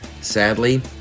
Sadly